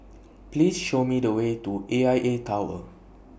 Please Show Me The Way to A I A Tower